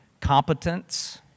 competence